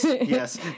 yes